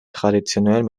traditionellen